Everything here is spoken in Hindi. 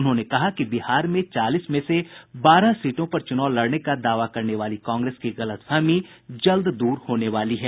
उन्होंने कहा कि बिहार में चालीस में से बारह सीटों पर चुनाव लड़ने का दावा करने वाली कांग्रेस की गलतफहमी जल्द दूर होने वाली है